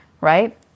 right